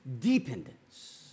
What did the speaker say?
dependence